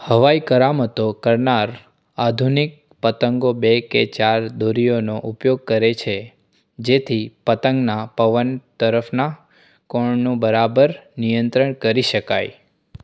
હવાઈ કરામતો કરનાર આધુનિક પતંગો બે કે ચાર દોરીઓનો ઉપયોગ કરે છે જેથી પતંગના પવન તરફના કોણનું બરાબર નિયંત્રણ કરી શકાય